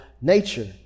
nature